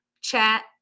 chat